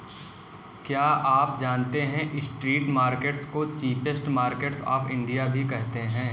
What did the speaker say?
क्या आप जानते है स्ट्रीट मार्केट्स को चीपेस्ट मार्केट्स ऑफ इंडिया भी कहते है?